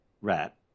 Rat